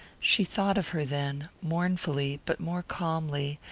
she thought of her then, mournfully but more calmly,